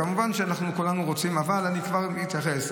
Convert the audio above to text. כמובן שאנחנו כולנו רוצים, אבל אני כבר מתייחס.